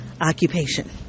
occupation